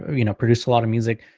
you know, produced a lot of music.